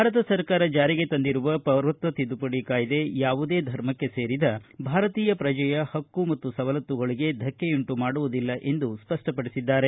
ಭಾರತ ಸರ್ಕಾರ ಜಾರಿಗೆ ತಂದಿರುವ ಪೌರತ್ವ ತಿದ್ಲುಪಡಿ ಕಾಯ್ದೆ ಯಾವುದೇ ಧರ್ಮಕ್ಕೆ ಸೇರಿದ ಭಾರತೀಯ ಪ್ರಜೆಯ ಹಕ್ಕು ಮತ್ತು ಸವಲತ್ತುಗಳಿಗೆ ಧಕ್ಕೆಯುಂಟು ಮಾಡುವುದಿಲ್ಲ ಎಂದು ಸ್ಪಪಡಿಸಿದ್ದಾರೆ